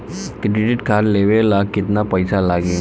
Credit card लेवे ला केतना पइसा लागी?